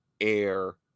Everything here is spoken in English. air